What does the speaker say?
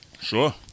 Sure